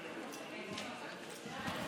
תודה.